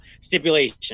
stipulation